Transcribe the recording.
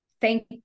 thank